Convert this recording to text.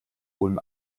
ulm